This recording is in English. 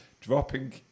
dropping